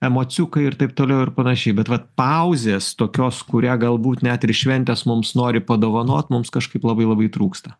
emociukai ir taip toliau ir panašiai bet vat pauzės tokios kurią galbūt net ir šventės mums nori padovanot mums kažkaip labai labai trūksta